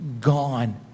gone